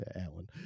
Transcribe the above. Alan